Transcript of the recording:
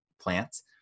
plants